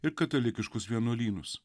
ir katalikiškus vienuolynus